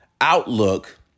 outlook